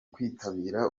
kwitabira